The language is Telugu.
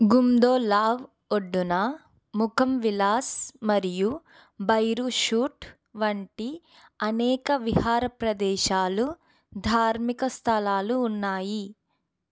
గుందోలావ్ ఒడ్డున ముఖం విలాస్ మరియు భైరు ఘాట్ వంటి అనేక విహార ప్రదేశాలు ధార్మిక స్థలాలు ఉన్నాయి